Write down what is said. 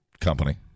company